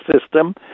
system